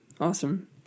awesome